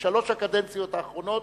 בשלוש הקדנציות האחרונות